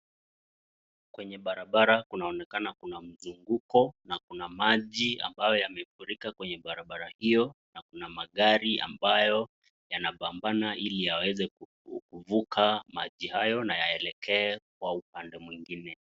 Kwenye barabara kunaonekana Kuna mtu uko na Kuna maji ambayo yamefurika kwenye barabara hiyo na Kuna magari ambayo yanapambana ili aweze kufuka maji hayo na aelekee wa upande mwingine